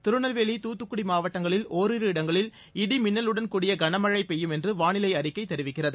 திருநெல்வேலி தூத்துக்குடி மாவட்டங்களில் ஓரிரு இடங்களில் இடி மின்னலுடன் கூடிய கனமழை பெய்யும் என்று வானிலை அறிக்கை தெரிவிக்கிறது